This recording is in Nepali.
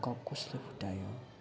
कप कसले फुटायो